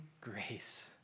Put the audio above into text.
grace